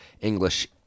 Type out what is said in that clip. English